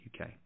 UK